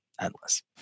endless